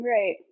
Right